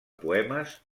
poemes